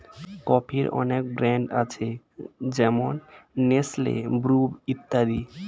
কফির অনেক ব্র্যান্ড আছে যেমন নেসলে, ব্রু ইত্যাদি